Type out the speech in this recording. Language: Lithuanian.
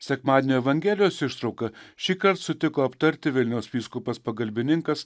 sekmadienio evangelijos ištrauką šįkart sutiko aptarti vilniaus vyskupas pagalbininkas